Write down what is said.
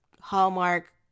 Hallmark